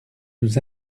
nous